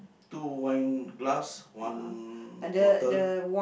two wine glass one bottle